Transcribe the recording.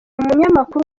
munyamakuru